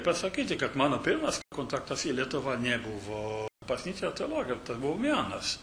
pasakyti kad mano pirmas kontaktas į lietuvą nebuvo bažnyčia teologija tai buvo menas